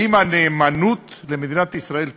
האם הנאמנות למדינת ישראל תגבר?